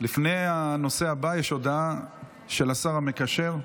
לפני הנושא הבא, יש הודעה של השר המקשר.